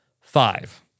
five